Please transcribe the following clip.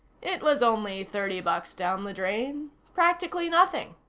it was only thirty bucks down the drain. practically nothing.